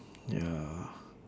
ya